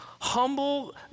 Humble